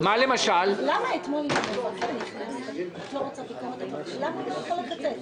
אני מבקש שהשר יישב איתם כדי להרגיע.